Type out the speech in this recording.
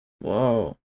Whoa